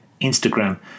Instagram